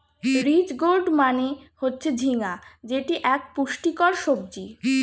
ridge gourd মানে হচ্ছে ঝিঙ্গা যেটি এক পুষ্টিকর সবজি